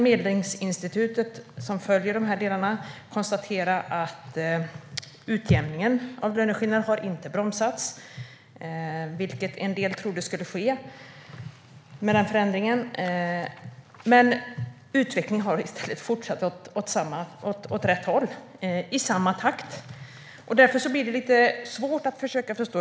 Medlingsinstitutet, som följer detta, kan konstatera att utjämningen av löneskillnaderna inte har bromsats under de år som gått sedan 2009, vilket en del trodde skulle ske med den förändringen. Utvecklingen har i stället fortsatt åt rätt håll i samma takt. Därför blir detta lite svårt att förstå.